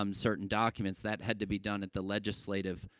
um certain documents that had to be done at the legislative,